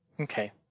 Okay